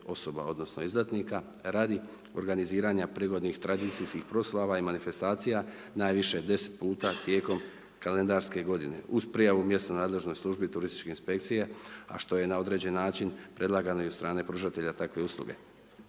osoba odnosno izdatnika radi organiziranja prigodnih tradicijskih proslava i manifestacija najviše 10 puta tijekom kalendarske godine, uz prijavu mjesno nadležnoj službi turističke inspekcije a što je na određen način predlagano i od strane pružatelja takve usluge.